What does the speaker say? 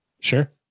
Sure